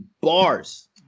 bars